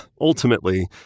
ultimately